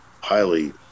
highly